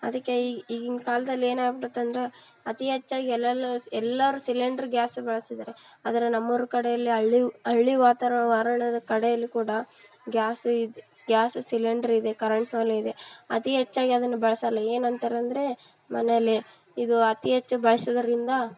ಅದಕ್ಕೆ ಈಗಿನ ಕಾಲ್ದಲ್ಲಿ ಏನು ಆಗ್ಬಿಡತ್ತಂದ್ರೆ ಅತಿ ಹೆಚ್ಚಾಗಿ ಎಲ್ಲೆಲ್ಲೋ ಎಲ್ಲರು ಸಿಲಿಂಡ್ರ್ ಗ್ಯಾಸ್ ಬಳಸಿದಾರೆ ಆದ್ರೆ ನಮ್ಮ ಊರು ಕಡೆಯಲ್ಲಿ ಹಳ್ಳಿ ಹಳ್ಳಿ ವಾತಾವರ್ಣದ ಕಡೆಯಲ್ಲಿ ಕೂಡ ಗ್ಯಾಸ್ ಇದು ಗ್ಯಾಸ್ ಸಿಲಿಂಡ್ರ್ ಇದೆ ಕರೆಂಟ್ ಒಲೆ ಇದೆ ಅತಿ ಹೆಚ್ಚಾಗಿ ಅದನ್ನು ಬಳ್ಸೋಲ್ಲ ಏನು ಅಂತಾರೆ ಅಂದರೆ ಮನೆಯಲ್ಲಿ ಇದು ಅತಿ ಹೆಚ್ಚು ಬಳ್ಸೋದರಿಂದ